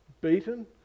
beaten